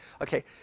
Okay